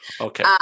Okay